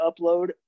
upload